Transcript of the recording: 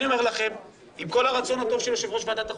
אני אומר לכם עם כל הרצון הטוב של יושב-ראש ועדת החוקה,